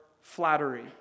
flattery